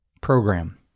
program